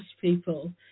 people